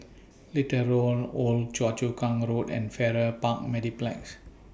Little Road Old Choa Chu Kang Road and Farrer Park Mediplex